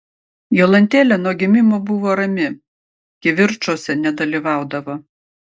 jolantėlė nuo gimimo buvo rami kivirčuose nedalyvaudavo